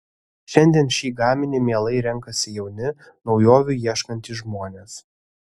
šiandien šį gaminį mielai renkasi jauni naujovių ieškantys žmonės